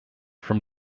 from